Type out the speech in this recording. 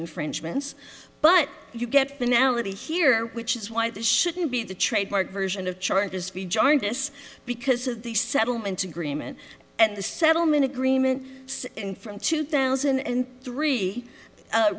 infringements but you get the nowaday here which is why this shouldn't be the trademark version of charges to be joined this because of the settlement agreement and the settlement agreement and from two thousand and three